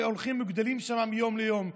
שהולכים וגדלים שם מיום ליום.